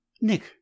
Nick